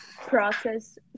process